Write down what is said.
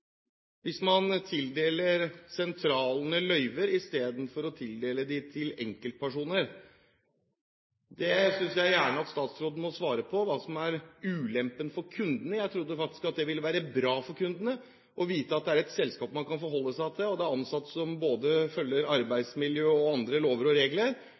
hvis man tildeler sentralene løyver istedenfor å tildele dem til enkeltpersoner? Jeg synes gjerne at statsråden kan svare på hva som er ulempene for kundene. Jeg trodde faktisk at det ville være bra for kundene å vite at det er et selskap man kan forholde seg til, at det er ansatte som både følger arbeidsmiljøloven og andre lover og regler,